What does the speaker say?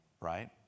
Right